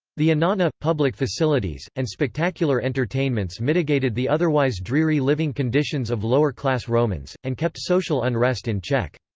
the annona, public facilities, and spectacular entertainments mitigated the otherwise dreary living conditions of lower-class romans, and kept social unrest in check.